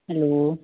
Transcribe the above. hello